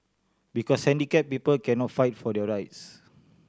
because handicap people cannot fight for their rights